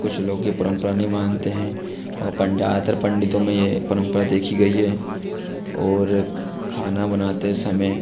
कुछ लोग ये परम्परा नहीं मानते हैं और पंडा ज़्यादातर पंडितों में ये परम्परा देखी गई है और खाना बनाते समय